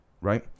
right